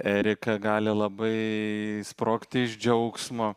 erika gali labai sprogti iš džiaugsmo